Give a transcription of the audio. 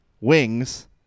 wings